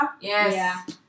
yes